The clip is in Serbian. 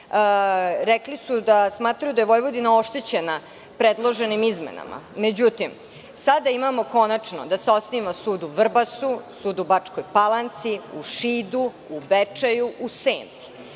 Rekli su da smatraju da je Vojvodina oštećena predloženim izmenama, međutim sada imamo konačno da se osniva sud u Vrbasu, sud u Bačkoj Palanci, u Šidu, u Bečeju, u Senti.